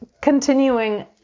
continuing